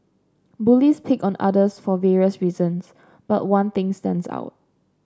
bullies pick on others for various reasons but one thing stands out